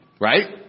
Right